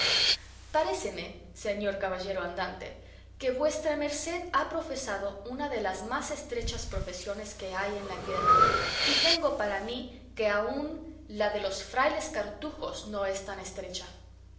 dijo paréceme señor caballero andante que vuestra merced ha profesado una de las más estrechas profesiones que hay en la tierra y tengo para mí que aun la de los frailes cartujos no es tan estrecha